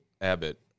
Abbott